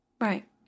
Right